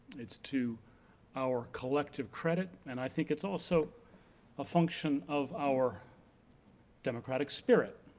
it's to our collective credit, and i think it's also a function of our democratic spirit